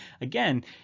Again